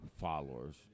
followers